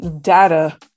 data